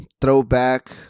throwback